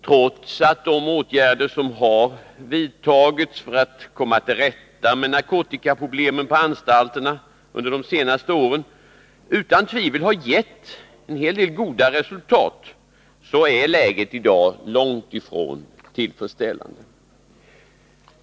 Trots att de åtgärder som har vidtagits för att man skall kunna komma till rätta med narkotikaproblemen på anstalterna under de senaste åren utan tvivel har gett en hel del goda resultat, är läget i dag långtifrån tillfredsställande.